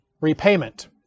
repayment